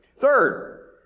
Third